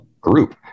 group